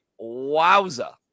Wowza